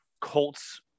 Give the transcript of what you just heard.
Colts